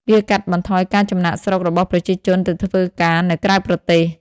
វាកាត់បន្ថយការចំណាកស្រុករបស់ប្រជាជនទៅធ្វើការនៅក្រៅប្រទេស។